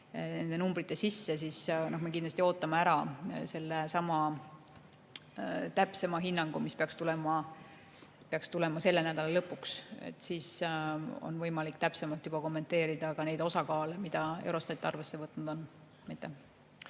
nende numbrite sisse, peame kindlasti ära ootama täpsema hinnangu, mis peaks tulema selle nädala lõpuks. Siis on võimalik juba täpsemalt kommenteerida ka neid osakaalusid, mida Eurostat arvesse on võtnud.